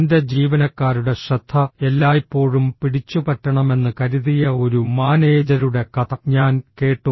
തൻ്റെ ജീവനക്കാരുടെ ശ്രദ്ധ എല്ലായ്പ്പോഴും പിടിച്ചുപറ്റണമെന്ന് കരുതിയ ഒരു മാനേജരുടെ കഥ ഞാൻ കേട്ടു